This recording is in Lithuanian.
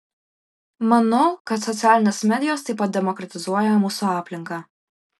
manau kad socialinės medijos taip pat demokratizuoja mūsų aplinką